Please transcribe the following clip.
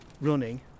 running